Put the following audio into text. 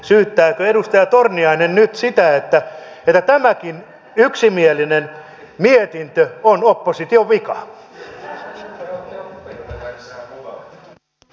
syyttääkö edustaja torniainen nyt siitä että tämäkin yksimielinen mietintö on opposition vika